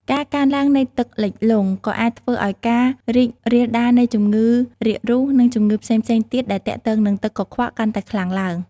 ការកើនឡើងនៃទឹកលិចលង់ ក៏អាចធ្វើឲ្យការរីករាលដាលនៃជំងឺរាករូស និងជំងឺផ្សេងៗទៀតដែលទាក់ទងនឹងទឹកកខ្វក់កាន់តែខ្លាំងឡើង។